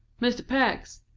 mr. peck's.